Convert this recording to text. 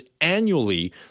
annually